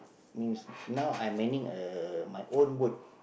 means now I am manning uh my own boat